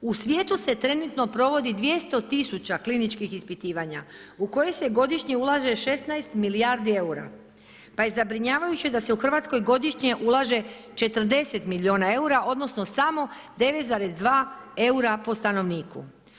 U svijetu se trenutno provodi 200 tisuća kliničkih ispitivanja u koje se godišnje ulaže 16 milijardi eura, pa je zabrinjavajuće da se u RH godišnje ulaže 40 miliona eura odnosno samo 9,2 eura po stanovniku.